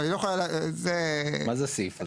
אבל היא לא יכולה --- מה זה הסעיף הזה?